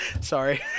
Sorry